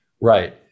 Right